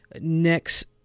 next